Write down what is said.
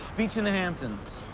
beach in the hamptons.